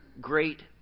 great